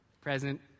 present